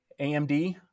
AMD